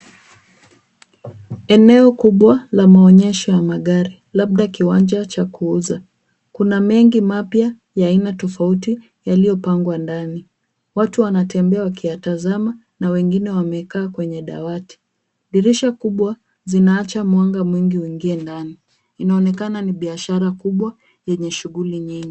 Eneo kubwa la maonyesho ya magari labda kiwanja cha kuuza. Kuna mengi mapya ya aina tofauti yaliyopangwa ndani. Watu wanatembea wakiyatazama na wengine wamekaa kwenye dawati. Dirisha kubwa zinaacha mwanga mwingi uingie ndani. Inaonekana ni biashara kubwa yenye shughuli nyingi.